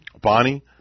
Bonnie